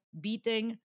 beating